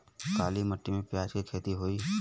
काली माटी में प्याज के खेती होई?